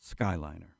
Skyliner